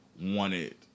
wanted